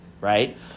right